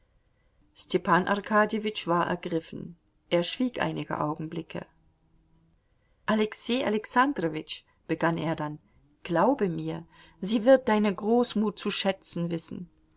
arkadjewitsch war ergriffen er schwieg einige augenblicke alexei alexandrowitsch begann er dann glaube mir sie wird deine großmut zu schätzen wissen